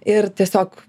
ir tiesiog